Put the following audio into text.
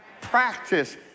Practice